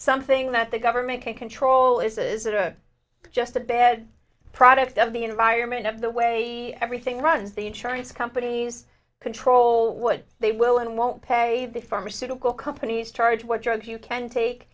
something that the government can control is is it a just a bad product of the environment of the way everything runs the insurance companies control what they will and won't pay the pharmaceutical companies charge what drugs you can take